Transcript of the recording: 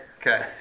Okay